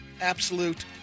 absolute